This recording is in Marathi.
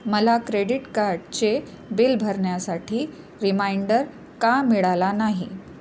मला क्रेडीट कार्डचे बिल भरण्यासाठी रिमाइंडर का मिळाला नाही